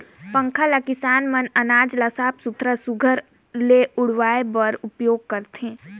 पंखा ल किसान मन अनाज ल साफ सुथरा सुग्घर ले उड़वाए बर उपियोग करथे